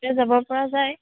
তো যাবপৰা যায়